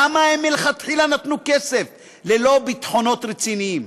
למה הם מלכתחילה נתנו כסף ללא ביטחונות רציניים?